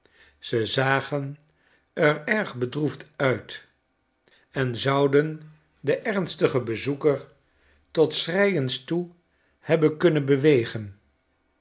ze zagen er erg bedroefd uit en zouden den ernstigsten bezoeker tot schreiens toe hebben kunnen bewegen